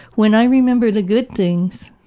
when i remember the good things,